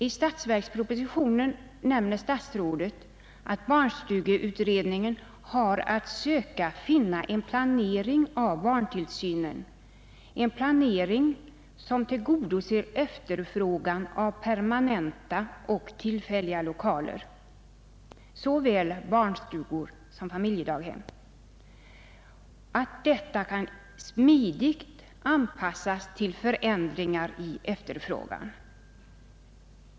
I statsverkspropositionen nämner statsrådet att barnstugeutredningen har att söka finna en planering av barntillsynen, en planering som tillgodoser efterfrågan av permanenta och tillfälliga lokaler — såväl barnstugor som familjedaghem — som smidigt kan anpassas till förändringar i efterfrågan.